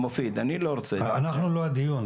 מופיד אני לא רוצה --- אנחנו לא הדיון,